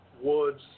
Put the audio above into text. woods